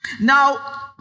Now